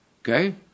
Okay